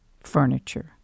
furniture